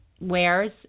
wares